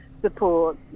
support